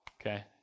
okay